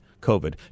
COVID